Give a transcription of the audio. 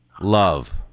love